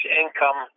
income